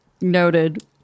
Noted